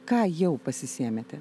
ką jau pasisėmėte